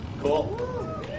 Cool